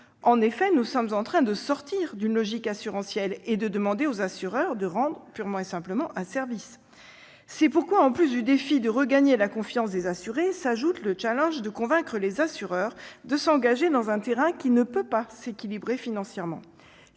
En effet, nous sommes en train de sortir d'une logique assurantielle et de demander aux assureurs de rendre purement et simplement un service. C'est pourquoi, en plus du défi de regagner la confiance des assurés, s'ajoute le challenge de convaincre les assureurs de s'engager sur un terrain où leur activité ne peut pas s'équilibrer financièrement.